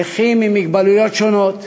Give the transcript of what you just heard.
נכים עם מוגבלויות שונות,